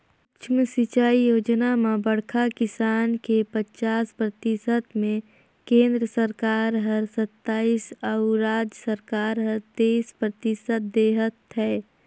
सुक्ष्म सिंचई योजना म बड़खा किसान के पचास परतिसत मे केन्द्र सरकार हर सत्तइस अउ राज सरकार हर तेइस परतिसत देहत है